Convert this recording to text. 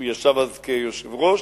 הוא ישב אז כיושב-ראש,